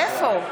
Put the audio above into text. נגד מוסי רז,